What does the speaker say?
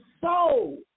soul